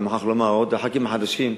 אני מוכרח לומר לחברי הכנסת החדשים,